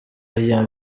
oya